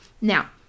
Now